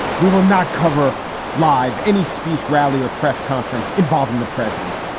we will not cover live any speech, rally or press conference involving the president.